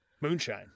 moonshine